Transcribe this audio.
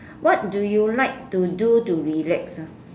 what do you like to do to relax ah